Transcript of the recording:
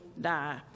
die